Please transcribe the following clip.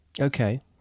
Okay